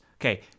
Okay